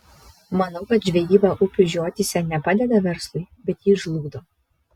manau kad žvejyba upių žiotyse ne padeda verslui bet jį žlugdo